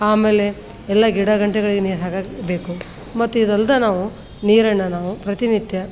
ಆಮೇಲೆ ಎಲ್ಲ ಗಿಡ ಗಂಟಿಗಳಿಗೆ ನೀರು ಹಾಕಕ್ಕೆ ಬೇಕು ಮತ್ತು ಇದಲ್ದೆ ನಾವು ನೀರನ್ನು ನಾವು ಪ್ರತಿನಿತ್ಯ